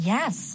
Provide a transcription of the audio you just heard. Yes